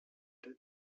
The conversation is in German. der